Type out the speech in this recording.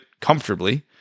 comfortably